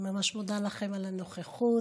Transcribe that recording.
אני ממש מודה לכם על הנוכחות